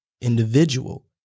individual